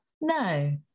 No